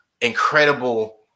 incredible